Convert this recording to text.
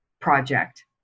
project